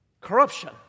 corruption